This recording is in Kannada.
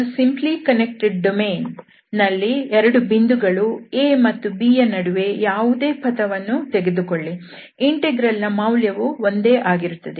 ಒಂದು ಸಿಂಪ್ಲಿ ಕನ್ನೆಕ್ಟೆಡ್ ಡೊಮೇನ್ ನಲ್ಲಿ 2 ಬಿಂದುಗಳು A ಮತ್ತು B ಯ ನಡುವೆ ಯಾವುದೇ ಪಥವನ್ನು ತೆಗೆದುಕೊಳ್ಳಿ ಇಂಟೆಗ್ರಲ್ ನ ಮೌಲ್ಯವು ಒಂದೇ ಆಗಿರುತ್ತದೆ